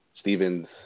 Stevens